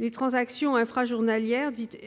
aux transactions intrajournalières. Dites,